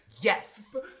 yes